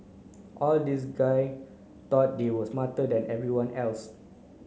all these guy thought they were smarter than everyone else